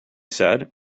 said